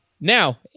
Now